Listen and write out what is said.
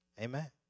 Amen